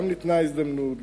גם ניתנה הזדמנות,